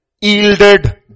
yielded